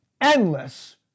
endless